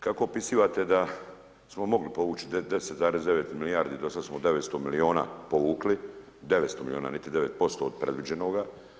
Kako opisivate da smo mogli povući 10,9 milijardi, do sad smo 900 milijuna povukli, 900 milijuna, niti 9% od predviđenoga?